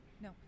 No